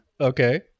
okay